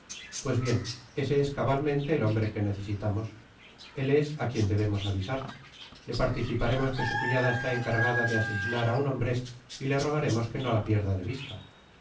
pues bien ese es cabalmente el hombre que necesitamos él es á quien debemos avisar le participaremos que su cuñada está encargada de asesinar á un hombre y le rogaremos que no la pierda de vista